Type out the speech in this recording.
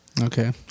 Okay